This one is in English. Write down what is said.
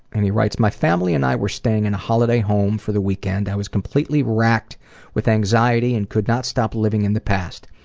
and he writes, my family and i were staying in a holiday home for the weekend. i was completely racked with anxiety and could not stop living in the past.